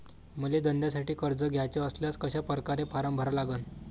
मले धंद्यासाठी कर्ज घ्याचे असल्यास कशा परकारे फारम भरा लागन?